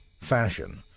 fashion